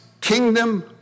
kingdom